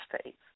States